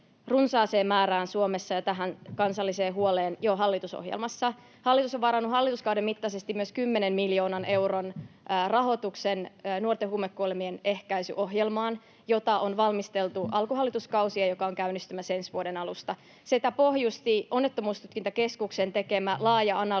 runsaaseen määrään Suomessa ja tähän kansalliseen huoleen jo hallitusohjelmassa. Hallitus on varannut hallituskauden mittaisesti myös kymmenen miljoonan euron rahoituksen nuorten huumekuolemien ehkäisyohjelmaan, jota on valmisteltu alkuhallituskausi ja joka on käynnistymässä ensi vuoden alusta. Sitä pohjusti Onnettomuustutkintakeskuksen tekemä laaja analyysi